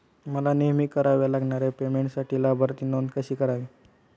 मला नेहमी कराव्या लागणाऱ्या पेमेंटसाठी लाभार्थी नोंद कशी करावी?